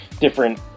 different